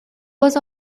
was